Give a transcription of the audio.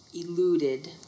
eluded